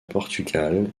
portugal